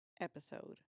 episode